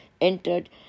entered